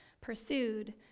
pursued